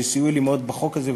שסייעו לי מאוד בחוק הזה,